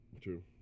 True